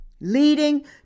leading